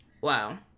Wow